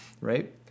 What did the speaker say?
right